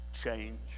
change